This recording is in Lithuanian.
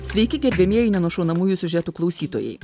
sveiki gerbiamieji nenušaunamųjų siužetų klausytojai